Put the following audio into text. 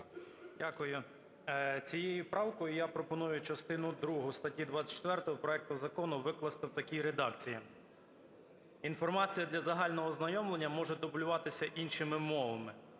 Дякую. Цією правкою я пропоную частину другу статті 24 проекту Закону викласти в такій редакції: "Інформація для загального ознайомлення може дублюватися іншими мовами.